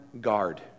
guard